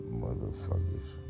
motherfuckers